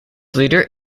leader